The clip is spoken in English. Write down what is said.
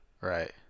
Right